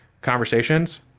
conversations